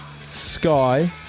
Sky